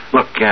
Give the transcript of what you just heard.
Look